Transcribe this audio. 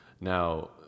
Now